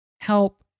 help